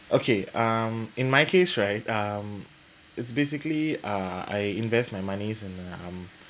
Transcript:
okay um in my case right um it's basically uh I invest my monies in uh